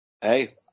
Hey